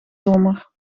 zomer